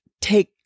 take